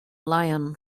lion